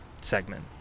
segment